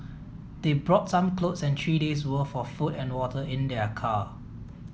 they brought some clothes and three days' worth of food and water in their car